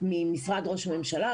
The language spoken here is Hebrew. במשרד ראש הממשלה.